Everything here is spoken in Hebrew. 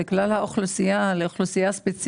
האם זה לכלל האוכלוסייה או לאוכלוסייה ספציפית?